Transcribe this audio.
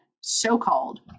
so-called